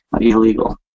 illegal